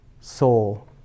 soul